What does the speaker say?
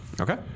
Okay